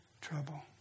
trouble